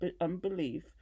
unbelief